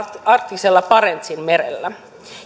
arktisella barentsinmerellä